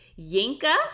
Yinka